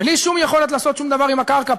בלי שום יכולת לעשות שום דבר עם הקרקע,